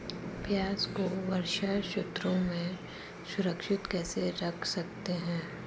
प्याज़ को वर्षा ऋतु में सुरक्षित कैसे रख सकते हैं?